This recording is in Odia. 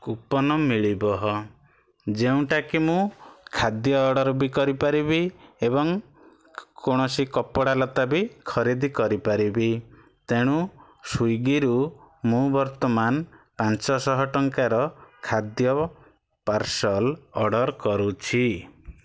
କୁପନ୍ ମିଳିବ ଯେଉଁଟା କି ମୁଁ ଖାଦ୍ୟ ଅର୍ଡ଼ର ବି କରିପାରିବି ଏବଂ କୌଣସି କପଡ଼ା ଲତା ବି ଖର୍ଦି କରିପାରିବି ତେଣୁ ସ୍ଵିଗୀରୁ ମୁଁ ବର୍ତ୍ତମାନ ପାଞ୍ଚଶହ ଟଙ୍କାର ଖାଦ୍ୟ ପାର୍ସଲ୍ ଅର୍ଡ଼ର କରୁଛି